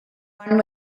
one